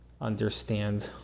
understand